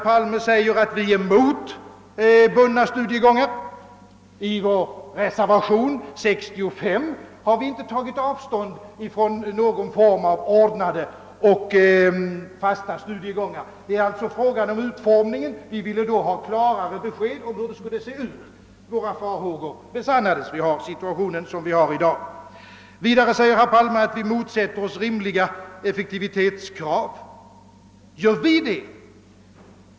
Han sade att vi är emot fasta studiegångar, men i vår reservation 1965 har vi inte tagit avstånd från någon form av ordnade och fasta studiegångar. Det var fråga om utformningen och vi ville ha klarare besked om hur denna skulle bli. Våra farhågor besannades, eftersom situationen är den vi har i dag. Vidare sade herr Palme att vi motsätter oss rimliga effektivitetskrav. Gör vi det?